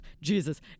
jesus